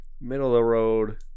middle-of-the-road